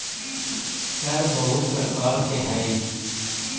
कर बहुत प्रकार के हई